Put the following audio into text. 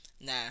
Nah